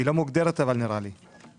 היא לא מוגדרת אבל נראה לי.